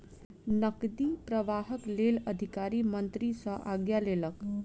नकदी प्रवाहक लेल अधिकारी मंत्री सॅ आज्ञा लेलक